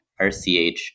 RCH